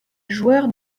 joueur